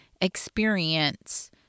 experience